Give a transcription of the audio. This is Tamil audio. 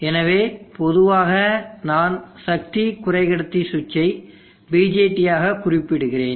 எனவே பொதுவாக நான் சத்தி குறைக்கடத்தி சுவிட்சை BJT ஆக குறிப்பிடுகிறேன்